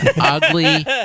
ugly